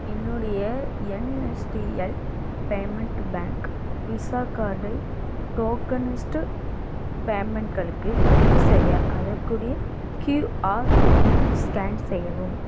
என்னுடைய NSDL payment bank visa கார்டை tokenised பேமெண்ட்களுக்கு பதிவு செய்ய அதற்குரிய க்யூஆர் குறியீட்டு ஸ்கேன் செய்யவும்